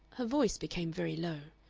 her voice became very low.